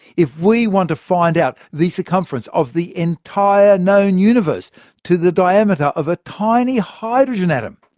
if we want to find out the circumference of the entire known universe to the diameter of a tiny hydrogen atom,